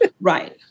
Right